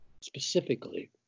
specifically